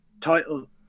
title